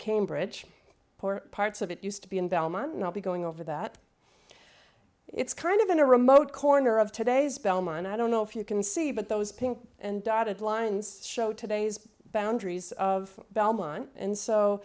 cambridge port parts of it used to be in belmont not be going over that it's kind of in a remote corner of today's belmont i don't know if you can see but those pink and dotted lines show today's boundaries of belmont and so